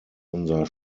unser